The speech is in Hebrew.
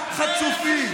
חצופים.